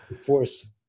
force